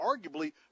arguably